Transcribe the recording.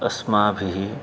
अस्माभिः